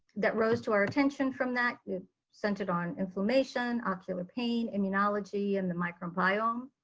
that rose to our attention from that centered on inflammation, ocular pain, immunology and the microbiome.